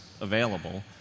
available